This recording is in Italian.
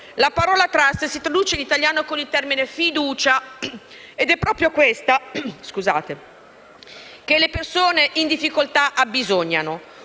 La parola *trust* si traduce in italiano con il termine «fiducia», ed è proprio questa che le persone in difficoltà abbisognano: